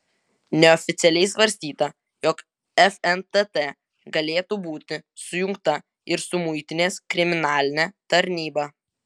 neoficialiai svarstyta jog fntt galėtų būti sujungta ir su muitinės kriminaline tarnyba